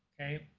okay